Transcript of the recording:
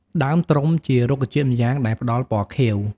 ដើមត្រុំជារុក្ខជាតិម្យ៉ាងដែលផ្ដល់ពណ៌ខៀវ។